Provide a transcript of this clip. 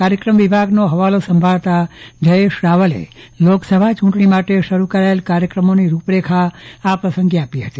કાર્યક્રમ વિભાગનો હવાલો સંભાળતા જયેશ રાવલે લોકસભા ચુંટણી માટે શરૂ કરાયેલા કાર્યક્રમોની રૂપરેખા આ પ્રસંગે આપી હતી